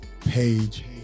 page